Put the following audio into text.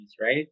right